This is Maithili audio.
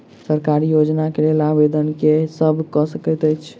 सरकारी योजना केँ लेल आवेदन केँ सब कऽ सकैत अछि?